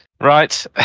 Right